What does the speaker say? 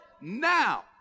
now